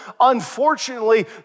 Unfortunately